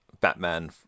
Batman